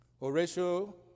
Horatio